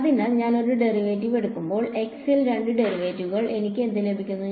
അതിനാൽ ഞാൻ ഒരു ഡെറിവേറ്റീവ് എടുക്കുമ്പോൾ x ൽ രണ്ട് ഡെറിവേറ്റീവുകൾ എനിക്ക് എന്ത് ലഭിക്കും